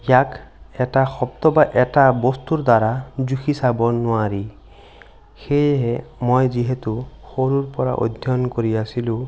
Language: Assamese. ইয়াক এটা শব্দ বা এটা বস্তুৰ দ্বাৰা জুখি চাব নোৱাৰি সেয়েহে মই যিহেতু সৰুৰ পৰা অধ্যয়ন কৰি আছিলোঁ